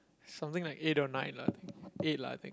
something like eight or nine lah eight I think